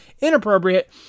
Inappropriate